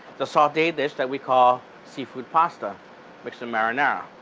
the sauteed dish that we call seafood pasta with so marinara.